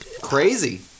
crazy